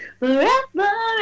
forever